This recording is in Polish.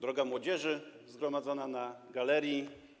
Droga Młodzieży zgromadzona na galerii!